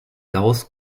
gauß